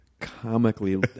comically